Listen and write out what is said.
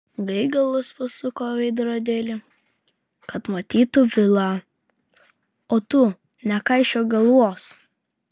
gaigalas pasuko veidrodėlį kad matytų vilą o tu nekaišiok galvos